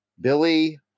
Billy